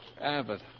Abbott